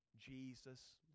Jesus